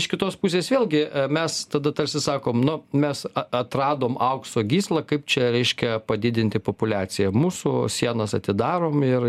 iš kitos pusės vėlgi mes tada tarsi sakom nu mes a atradom aukso gyslą kaip čia reiškia padidinti populiaciją mūsų sienos atidarom ir